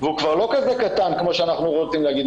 והוא כבר לא כזה קטן כמו שאנחנו רוצים להגיד.